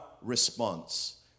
response